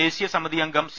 ദേശീയ സമിതി അംഗം സി